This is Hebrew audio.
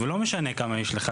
בדרך כלל בבניינים האלה יש שתיים,